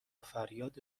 فریاد